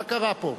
מה קרה פה?